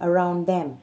around them